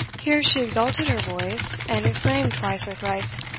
here she exalted her voice, and exclaimed twice or thrice,